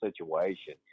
situation